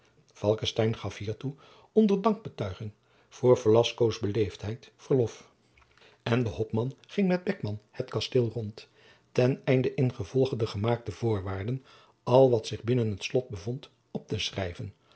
gaf hiertoe onder dankbetuiging voor velascoos beleefdheid verlof en de hopman ging met beckman het kasteel rond ten einde ingevolge de gemaakte voorwaarden al wat zich binnen het slot bevond op te schrijven